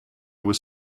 was